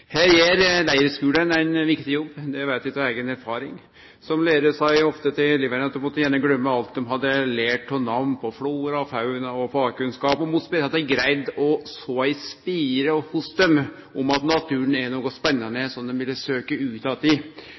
Her gjer leirskulane ein viktig jobb. Det veit eg av eiga erfaring. Som lærar sa eg ofte til elevane at dei måtte gjerne gløyme alt dei hadde lært av namn innan flora og fauna og hadde av fagkunnskap, om vi berre hadde greidd å så ei spire hos dei om at naturen er noko spennande som dei ville søkje ut att i